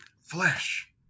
flesh